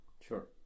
Sure